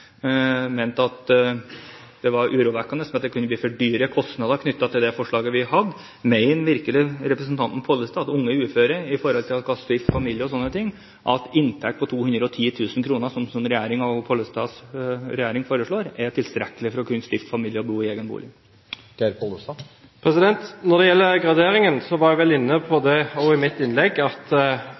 mente tydeligvis i replikkvekslingen med undertegnede at forslaget vårt var urovekkende, og at det kunne bli for høye kostnader knyttet til det. Mener virkelig representanten Pollestad at en inntekt for unge uføre på 210 000 kr, som Pollestads regjering foreslår, er tilstrekkelig for å kunne stifte familie og bo i egen bolig? Når det gjelder graderingen, var jeg vel inne på også i mitt innlegg at